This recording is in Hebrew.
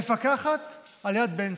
מפקחת על יד בן-צבי.